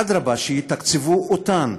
אדרבה, שיתקצבו אותן.